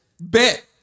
Bet